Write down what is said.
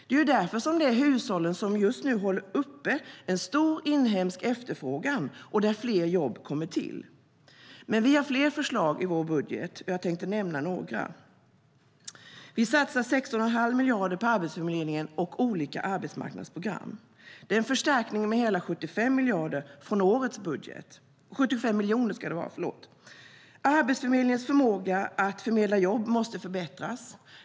Det är därför som det är hushållen som just nu håller uppe en stor inhemsk efterfrågan och som gör att fler jobb kommer till. Men vi har fler förslag i vår budget, och jag ska nämna några. Vi satsar 16,5 miljarder på Arbetsförmedlingen och olika arbetsmarknadsprogram. Det är en förstärkning med hela 175 miljoner från årets budget. Arbetsförmedlingens förmåga att förmedla jobb måste förbättras.